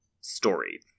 story